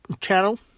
channel